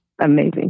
amazing